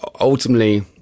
Ultimately